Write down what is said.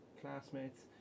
classmates